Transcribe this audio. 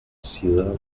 ciudad